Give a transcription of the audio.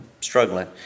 struggling